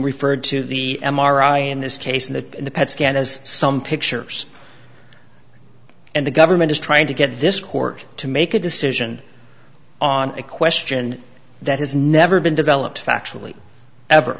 referred to the m r i in this case and that the pet scan has some pictures and the government is trying to get this court to make a decision on a question that has never been developed factually ever